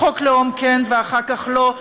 חוק לאום כן ואחר כך לא,